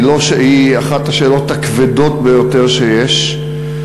היא אחת השאלות הכבדות ביותר שיש,